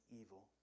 evil